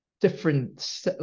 different